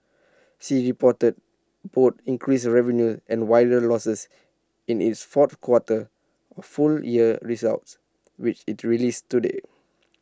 sea reported both increased revenues and wider losses in its fourth quarter and full year results which IT released today